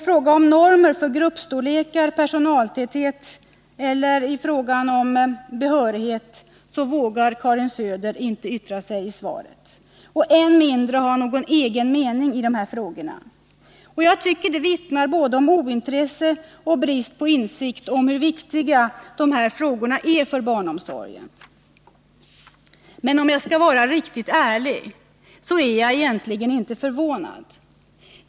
I frågan om normer för gruppstorlekar och personaltäthet samt i frågan om behörighet vågar Karin Söder inte yttra sig i svaret, än mindre ha någon egen mening. Det vittnar om både ointresse och brist på insikt om hur viktiga dessa frågor är för barnomsorgen. Men om jag skall vara riktigt ärlig, är jag egentligen inte förvånad.